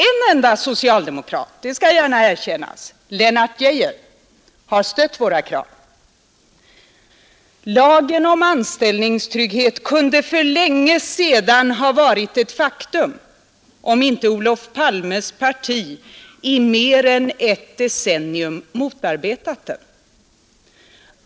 En enda socialdemokrat — det skall gärna erkännas — Lennart Geijer, har stött våra krav. Lagen om anställningstrygghet kunde för länge sedan ha varit ett faktum, om inte Olof Palmes parti i mer än ett decennium motarbetat den.